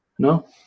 No